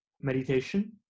meditation